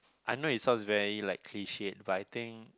I know it sounds very like cliche but I think